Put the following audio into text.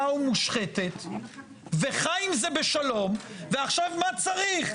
ומושחתת וחי עם זה בשלום ועכשיו מה צריך?